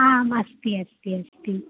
आम् अस्ति अस्ति अस्ति